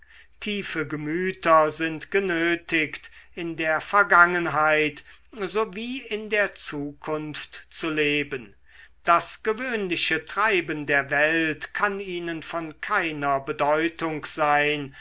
tiefe gemüter sind genötigt in der vergangenheit so wie in der zukunft zu leben das gewöhnliche treiben der welt kann ihnen von keiner bedeutung sein